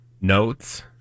notes